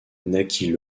naquit